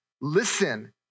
listen